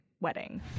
wedding